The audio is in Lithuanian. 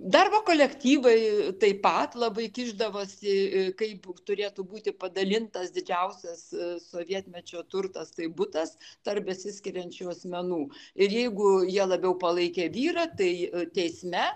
darbo kolektyvai taip pat labai kišdavosikaip turėtų būti padalintas didžiausias sovietmečio turtas tai butas tarp besiskiriančių asmenų ir jeigu jie labiau palaikė vyrą tai teisme